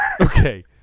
Okay